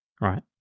Right